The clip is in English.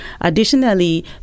additionally